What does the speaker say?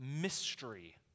mystery